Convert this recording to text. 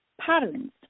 Patterns